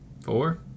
four